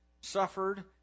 suffered